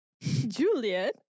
Juliet